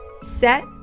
set